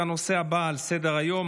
הנושא הבא על סדר-היום,